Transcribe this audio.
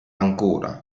ancora